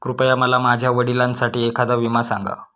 कृपया मला माझ्या वडिलांसाठी एखादा विमा सांगा